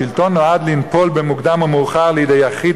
השלטון נועד לנפול במוקדם או מאוחר לידי יחיד,